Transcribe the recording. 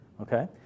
okay